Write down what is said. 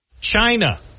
China